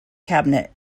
cabinet